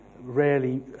rarely